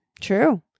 True